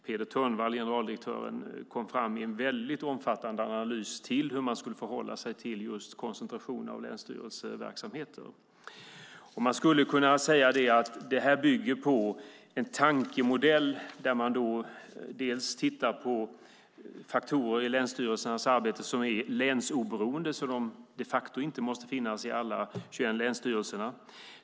Peder Törnvall, generaldirektören, kom i en omfattande analys fram till hur man skulle förhålla sig till just koncentration av länsstyrelseverksamheter. Man skulle kunna säga att det här bygger på en tankemodell där man bland annat tittar på faktorer i länsstyrelsernas arbete som är länsoberoende - de måste alltså inte finnas i alla 21 länsstyrelser.